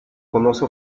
conoce